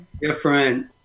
different